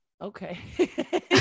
okay